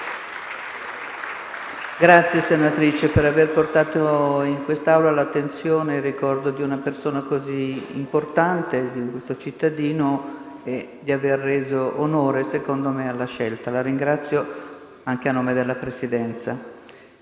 senatrice Cattaneo, per aver portato in quest'Assemblea l'attenzione e il ricordo di una persona così importante, e di aver reso onore, secondo me, alla scelta. La ringrazio anche a nome della Presidenza.